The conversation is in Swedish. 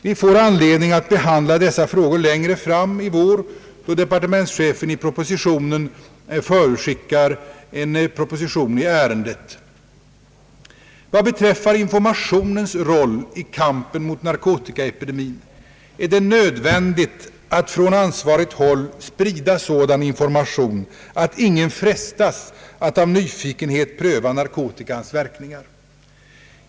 Vi får anledning att behandla dessa frågor längre fram i vår, då departementschefen förutskickar en proposition i ärendet. Vad beträffar informationens roll i kampen mot narkotikaepidemin så är det nödvändigt att från ansvarigt håll sprida sådan information att ingen frestas att av nyfikenhet pröva narkotikans verkningar.